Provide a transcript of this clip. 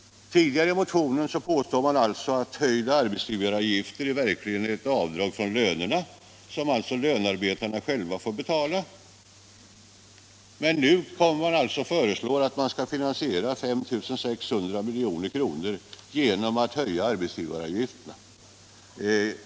Tidigare i motionen påstår de alltså att höjda arbetsgivaravgifter i verkligheten är detsamma som avdrag från lönerna, som lönarbetarna själva får betala. Men sedan föreslår man att 5 600 milj.kr. skall finansieras genom höjning av arbetsgivaravgifterna.